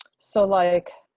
so like